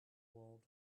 world